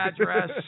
address